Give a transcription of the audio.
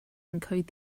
encode